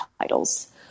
titles